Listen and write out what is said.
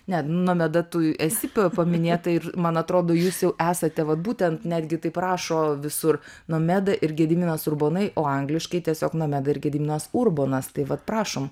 ne nomeda tu esi pa paminėta ir man atrodo jūs jau esate vat būtent netgi taip rašo visur nomeda ir gediminas urbonai o angliškai tiesiog nomeda ir gediminas urbonas tai vat prašom